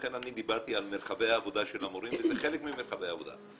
לכן אני דיברתי על מרחבי העבודה של המורים וזה חלק ממרחבי העבודה.